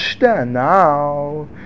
Now